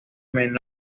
menores